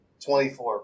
24